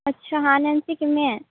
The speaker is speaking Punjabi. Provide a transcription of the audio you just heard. ਅੱਛਾ ਹਾਂ ਨੈਨਸੀ ਕਿਵੇਂ ਹੈਂ